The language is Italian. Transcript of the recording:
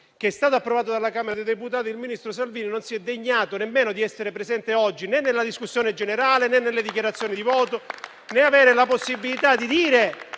che è stato approvato dalla Camera dei deputati, il ministro Salvini non si è degnato nemmeno di essere presente oggi né alla discussione generale, né alle dichiarazioni di voto, quando avrebbe avuto la possibilità di dire